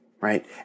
right